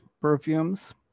perfumes